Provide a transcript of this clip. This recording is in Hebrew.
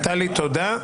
טלי, תודה.